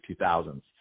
2000s